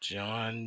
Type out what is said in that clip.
John